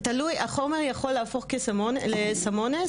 החומר יכול להפוך לסם אונס,